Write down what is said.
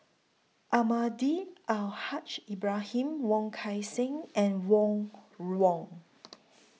Almahdi Al Haj Ibrahim Wong Kan Seng and Ron Wong